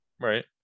Right